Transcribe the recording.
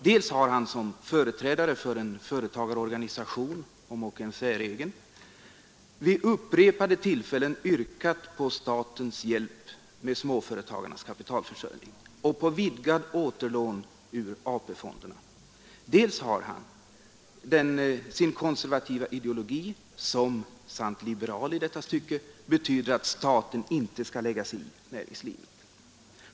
Dels har han som företrädare för en företagarorganisation — om ock en säregen — vid upprepade tillfällen yrkat på statens hjälp med småföretagarnas kapitalförsörjning och på vidgad återlåning ur AP-fonderna. Dels har han enligt sin konservativa ideologi som är sant liberal i detta stycke betygat att staten inte skall lägga sig i näringslivet.